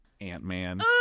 ant-man